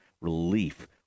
relief